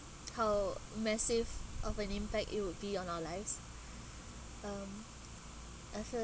how massive of an impact it would be on our lives um I feel